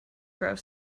grow